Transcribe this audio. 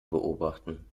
beobachten